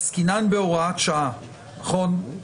עסקינן בהוראת שעה, נכון?